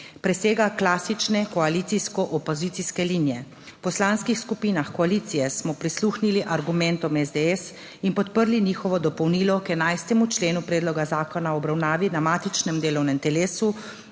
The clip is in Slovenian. presega klasične koalicijsko opozicijske linije. V poslanskih skupinah koalicije smo prisluhnili argumentom SDS in podprli njihovo dopolnilo k 11. členu predloga zakona v obravnavi na matičnem delovnem telesu